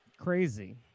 Crazy